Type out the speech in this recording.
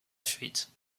fuite